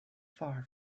far